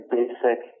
basic